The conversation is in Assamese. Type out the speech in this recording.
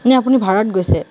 নে আপুনি ভাড়াত গৈছে